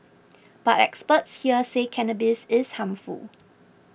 but experts here say cannabis is harmful